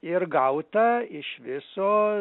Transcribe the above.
ir gauta iš viso